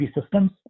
systems